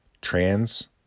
trans